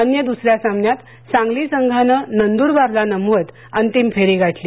अन्य द्स या सामन्यात सांगली संघानं नंद्रबारला नमवत अंतिम फेरी गाठली